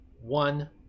one